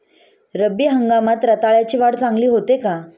रब्बी हंगामात रताळ्याची वाढ चांगली होते का?